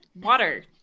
Water